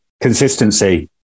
consistency